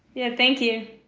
yeah thank you